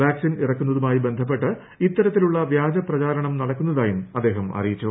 vaccine ഇറക്കുന്നതുമായി ബന്ധപ്പെട്ട് ഇത്തരത്തിലുള്ള വ്യാജ പ്രചാരണം നടക്കുന്നതായി അദ്ദേഹം അറിയിച്ചു